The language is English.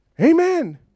amen